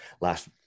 last